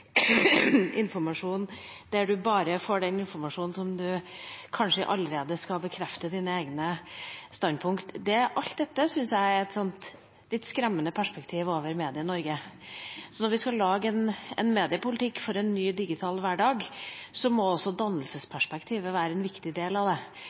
informasjon der man bare får den informasjonen som kanskje allerede bekrefter ens egne standpunkt – alt dette syns jeg gir et litt skremmende perspektiv på Medie-Norge. Når vi skal lage en mediepolitikk for en ny digital hverdag, må også dannelsesperspektivet være en viktig del av det